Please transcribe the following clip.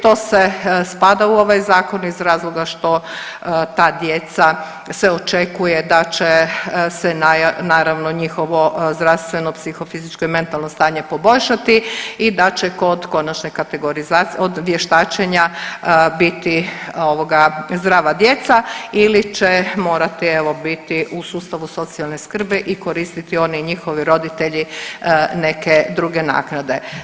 To se spada u ovaj zakon iz razloga što ta djeca se očekuje da će se naravno njihovo zdravstveno, psihofizičko i mentalno stanje poboljšati i da će kod konačne kategorizacije, vještačenja biti ovoga zdrava djeca ili će morati evo biti u sustavu socijalne skrbi i koristiti oni i njihovi roditelji neke druge naknade.